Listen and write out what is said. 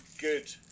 good